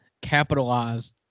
capitalize